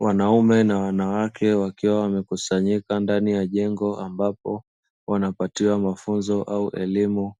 Wanaume na wanawake wakiwa wamekusanyika ndani ya jengo, ambapo wanapatiwa mafunzo au elimu,